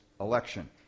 election